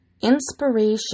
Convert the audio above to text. Inspiration